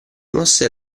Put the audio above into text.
mosse